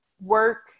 work